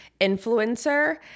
influencer